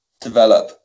develop